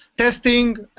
testing,